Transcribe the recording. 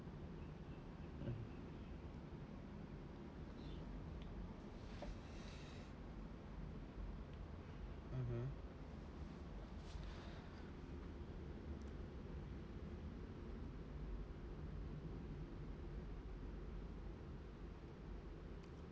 mmhmm